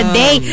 day